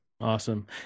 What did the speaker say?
Awesome